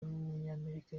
w’umunyamerika